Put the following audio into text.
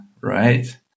right